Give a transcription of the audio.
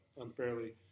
unfairly